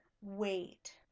wait